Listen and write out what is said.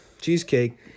cheesecake